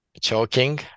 choking